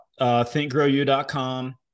ThinkGrowYou.com